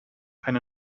eine